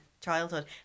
childhood